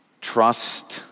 Trust